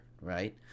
right